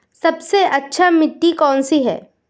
सबसे अच्छी मिट्टी कौन सी है?